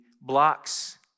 blocks